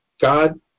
God